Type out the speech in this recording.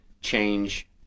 change